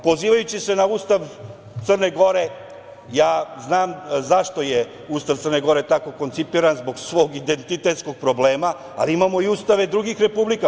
Pozivajući se na Ustav Crne Gore, ja znam zašto je Ustav Crne gore tako koncipiran - zbog svog identitetskog problema, ali imamo i ustave drugih republika.